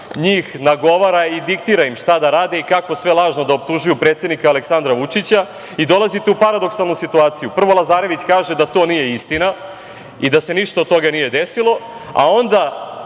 njih nagovara i diktira im šta da rade i kako sve lažno da optužuju predsednika Aleksandra Vučića i dolazite u paradoksalnu situaciju. Prvo, Lazarević kaže da to nije istina i da se ništa od toga nije desilo, a onda